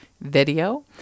video